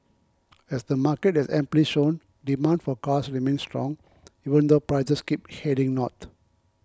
as the market has amply shown demand for cars remains strong even though prices keep heading north